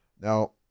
Now